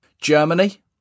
Germany